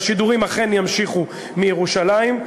והשידורים אכן ימשיכו מירושלים.